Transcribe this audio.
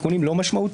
תיקונים לא משמעותיים,